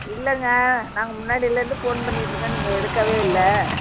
இல்லைங்க நாங்கள் முன்னாடிலிருந்து ஃபோன் பண்ணிக்கிட்டிருக்கோம் நீங்கள் எடுக்கவே இல்லை